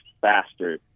faster